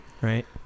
right